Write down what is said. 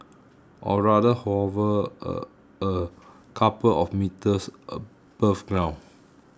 or rather hover a a couple of metres above ground